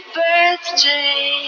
birthday